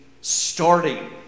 starting